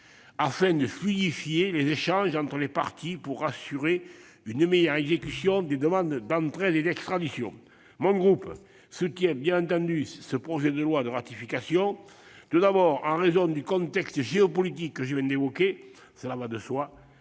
afin de fluidifier les échanges entre les parties et d'assurer une meilleure exécution des demandes d'entraide et d'extradition. Mon groupe soutient ce projet de loi de ratification, tout d'abord en raison du contexte géopolitique que je viens d'évoquer, cela va de soi.